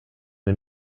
den